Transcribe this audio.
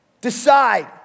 Decide